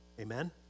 amen